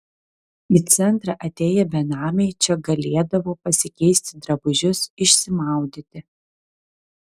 į centrą atėję benamiai čia galėdavo pasikeisti drabužius išsimaudyti